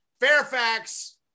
Fairfax